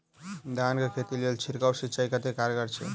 धान कऽ खेती लेल छिड़काव सिंचाई कतेक कारगर छै?